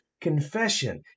confession